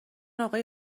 آقای